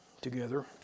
together